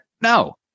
No